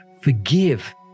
forgive